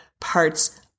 parts